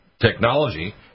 technology